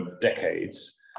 decades